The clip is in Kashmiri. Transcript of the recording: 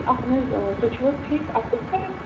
اَہَن حظ آ تُہۍ چھِو حظ ٹھیٖک اَصٕل پٲٹھۍ